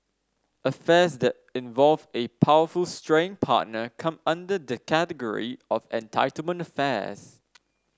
affairs that involve a powerful straying partner come under the category of entitlement affairs